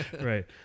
right